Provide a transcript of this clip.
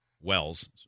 Wells